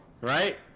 right